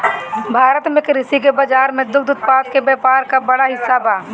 भारत में कृषि के बाजार में दुग्ध उत्पादन के व्यापार क बड़ा हिस्सा बा